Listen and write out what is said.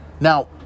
Now